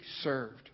served